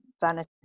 vanity